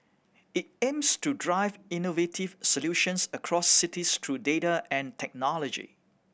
it aims to drive innovative solutions across cities through data and technology